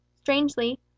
strangely